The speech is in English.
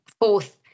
Fourth